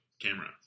camera